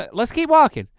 ah let's keep walking.